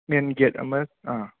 ꯃꯦꯟ gate ꯑꯃ ꯑꯥ